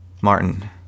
martin